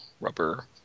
rubber